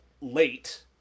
late